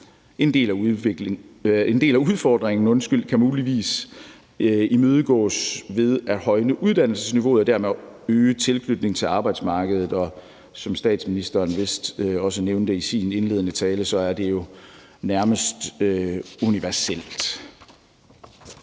En del af udfordringen kan muligvis imødegås ved at højne uddannelsesniveauet og dermed øge tilknytningen til arbejdsmarkedet, og som statsministeren vist også nævnte i sin indledende tale, er det jo nærmest universelt.